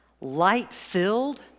light-filled